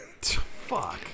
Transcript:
Fuck